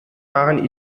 waren